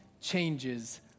changes